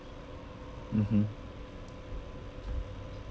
mmhmm